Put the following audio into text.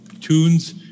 tunes